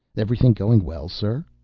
everything going well, sir?